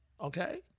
Okay